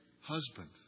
husband